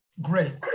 Great